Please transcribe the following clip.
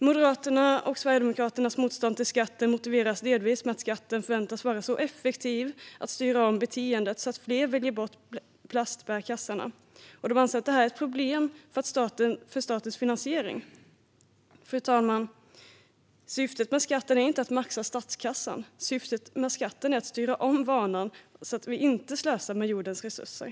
Moderaternas och Sverigedemokraternas motstånd mot skatten motiveras delvis med att den förväntas vara så effektiv när det gäller att styra om beteendet så att fler väljer bort plastbärkassarna. Man anser att detta är ett problem för statens finansiering. Fru talman! Syftet med skatten är inte att maxa statskassan. Syftet med skatten är att styra om våra vanor, så att vi inte slösar med jordens resurser.